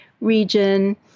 region